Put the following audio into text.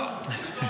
כי זה שקלים.